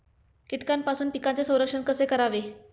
कीटकांपासून पिकांचे संरक्षण कसे करावे?